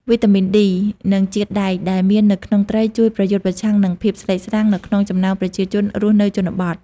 វីតាមីន D និងជាតិដែកដែលមាននៅក្នុងត្រីជួយប្រយុទ្ធប្រឆាំងនឹង ភាពស្លេកស្លាំង នៅក្នុងចំណោមប្រជាជនរស់នៅជនបទ។